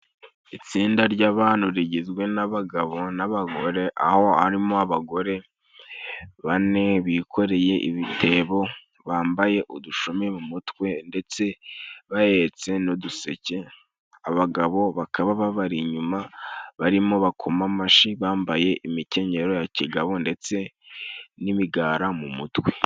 Itsinda ry'abantu rigizwe n'abagabo n'abagore, aho arimo abagore bane bikoreye ibitebo, bambaye udushumi mu mutwe, ndetse bahetse n'uduseke, abagabo bakaba babari inyuma, barimo bakoma amashyi, bambaye imikenyero ya kigabo, ndetse n'imigara mu mutwe.